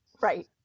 Right